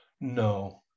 no